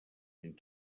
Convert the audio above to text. and